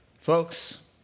Folks